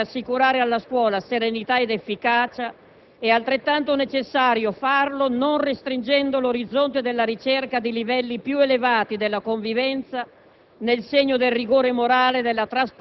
Se è doveroso intervenire per assicurare alla scuola serenità ed efficacia, è altrettanto necessario farlo non ristringendo l'orizzonte della ricerca di livelli più elevati della convivenza